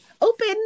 open